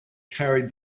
carried